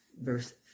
verse